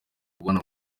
babona